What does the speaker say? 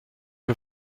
wir